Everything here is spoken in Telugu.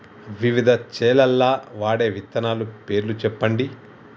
వివిధ చేలల్ల వాడే విత్తనాల పేర్లు చెప్పండి?